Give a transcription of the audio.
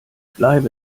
bleibe